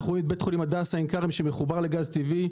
אנחנו רואים את בית החולים הדסה עין כרם שמחובר לגז טבעי.